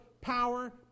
power